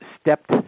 stepped